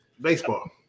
Baseball